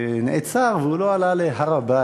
נעצר והוא לא עלה להר-הבית.